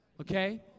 Okay